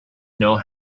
know